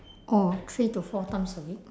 oh three to four times a week